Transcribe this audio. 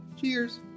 Cheers